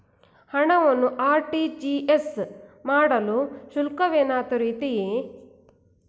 ಹಣವನ್ನು ಆರ್.ಟಿ.ಜಿ.ಎಸ್ ಮಾಡಲು ಶುಲ್ಕವೇನಾದರೂ ಇದೆಯೇ?